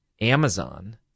Amazon